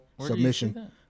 submission